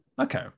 Okay